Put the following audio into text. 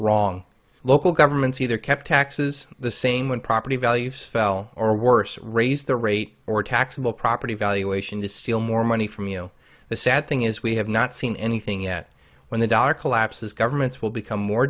wrong local governments either kept taxes the same when property values fell or worse raised the rate or taxable property valuation to steal more money from you the sad thing is we have not seen anything yet when the dollar collapses governments will become more